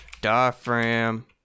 diaphragm